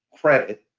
credit